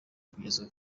kugeza